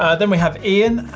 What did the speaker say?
ah then we have ian.